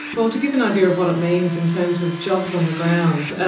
well, to give an idea of what it means in terms of jobs on the ground,